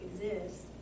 exists